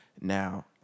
Now